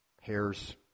Hair's